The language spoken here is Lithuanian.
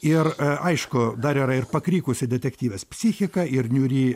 ir aišku dar yra ir pakrikusi detektyvės psichika ir niūri